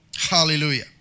Hallelujah